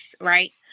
right